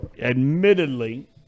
admittedly